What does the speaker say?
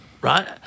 right